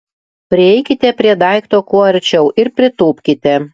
prieikite prie daikto kuo arčiau ir pritūpkite